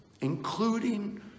including